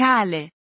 Kale